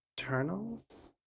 Eternals